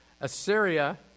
Assyria